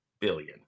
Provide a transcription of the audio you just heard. billion